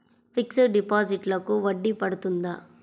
Fixed డిపాజిట్లకు వడ్డీ పడుతుందా?